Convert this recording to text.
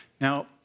Now